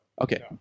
Okay